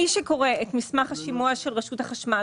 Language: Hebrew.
מי שקורא את מסמך השימוע של רשות החשמל,